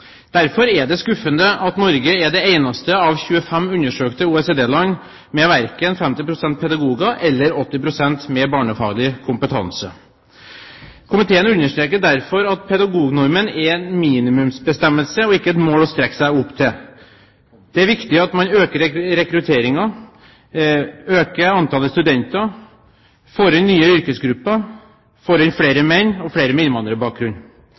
Derfor er det skuffende at Norge er det eneste av 25 undersøkte OECD-land som verken har 50 pst. med pedagogisk kompetanse eller 80 pst. med barnefaglig kompetanse. Komiteens flertall understreker derfor at pedagognormen er en minimumsbestemmelse, og ikke et mål å strekke seg mot. Det er viktig at man øker rekrutteringen, øker antallet studenter, får inn nye yrkesgrupper, får inn flere menn og flere med innvandrerbakgrunn.